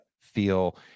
feel